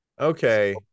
Okay